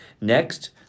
Next